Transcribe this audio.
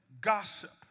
gossip